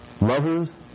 lovers